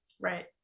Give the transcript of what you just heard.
right